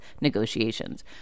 negotiations